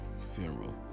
funeral